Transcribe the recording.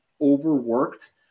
overworked